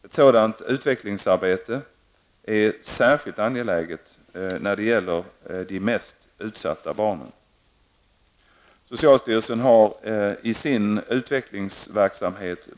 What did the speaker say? Ett sådant utvecklingsarbete är särskilt angeläget när det gäller de mest utsatta barnen.